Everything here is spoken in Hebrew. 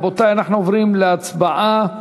רבותי, אנחנו עוברים להצבעה על